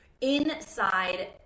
inside